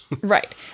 Right